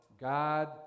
God